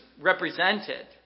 represented